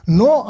no